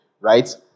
right